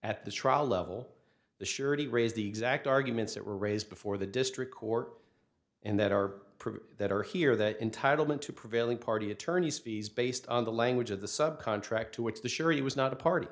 at the trial level the surety raise the exact arguments that were raised before the district court and that are that are here that entitlement to prevailing party attorneys fees based on the language of the sub contract to which the sure he was not a party